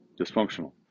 dysfunctional